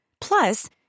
Plus